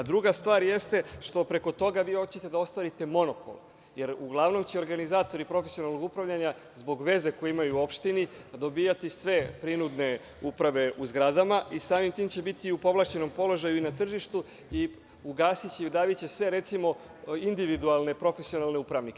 Druga stvar jeste, što preko toga vi hoćete da ostvarite monopol, jer uglavnom će organizatori profesionalnog upravljanja, zbog veze koju imaju u opštini, dobijati sve prinudne uprave u zgradama i samim tim će biti u povlašćenom položaju i na tržištu, i ugasiće i udaviće sve individualne profesionalne upravnike.